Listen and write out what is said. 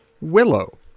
Willow